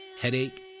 headache